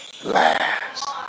last